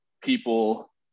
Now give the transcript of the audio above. people